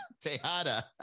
Tejada